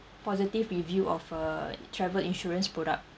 positive review of a travel insurance product